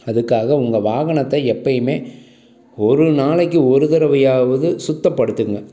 அதுக்காக உங்கள் வாகனத்தை எப்போயுமே ஒரு நாளைக்கு ஒரு தடவையாவது சுத்தப்படுத்துங்க